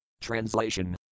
Translation